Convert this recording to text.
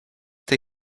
tej